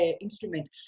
instrument